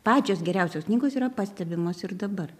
pačios geriausios knygos yra pastebimos ir dabar